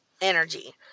energy